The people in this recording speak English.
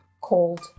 called